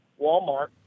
Walmart